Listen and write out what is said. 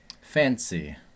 Fancy